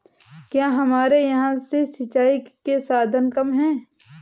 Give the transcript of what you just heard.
क्या हमारे यहाँ से सिंचाई के साधन कम है?